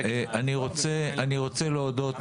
אני רוצה להודות